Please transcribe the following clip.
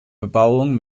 bebauung